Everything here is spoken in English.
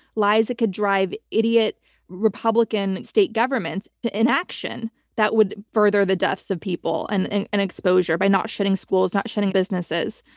lies that could drive idiot republican state governments inaction that would further the deaths of people and and and exposure by not shutting schools, not shutting businesses.